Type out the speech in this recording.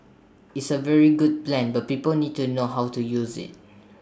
is A very good plan but people need to know how to use IT